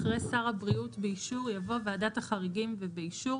הבריאות, באישור" יבוא "ועדת החריגים ובאישור"